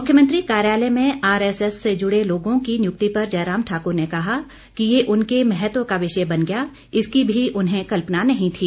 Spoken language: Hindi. मुख्यमंत्री कार्यालय में आरएसएस से जुड़े लोगों की नियुक्ति पर जयराम ठाकुर ने कहा कि ये उनके महत्व का विषय बन गया इसकी मी उन्हें कल्पना नहीं थी